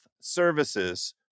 Services